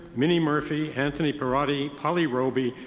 mini murphy, anthony pirrotti, polly robey,